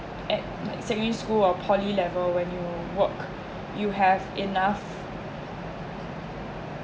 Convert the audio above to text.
at like secondary school or poly level when you you work you have enough